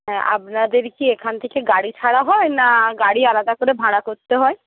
হ্যাঁ আপনাদের কি এখান থেকে গাড়ি ছাড়া হয় না গাড়ি আলাদা করে ভাড়া করতে হয়